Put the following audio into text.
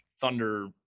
Thunder